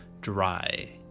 dry